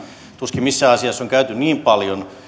tuskin missään asiassa on käyty niin paljon